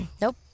Nope